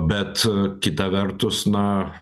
bet kitą vertus na